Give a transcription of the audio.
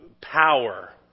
power